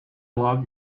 love